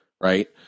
Right